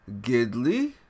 Gidley